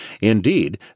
Indeed